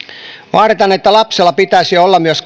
vaaditaan että lapsella pitäisi olla myös